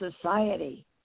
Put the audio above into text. society